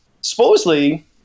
supposedly